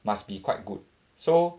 must be quite good so